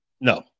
No